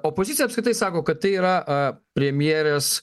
opozicija apskritai sako kad tai yra premjerės